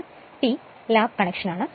P എന്നത് lap കണക്ഷനാണ്